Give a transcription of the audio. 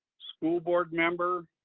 school board member,